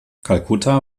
kalkutta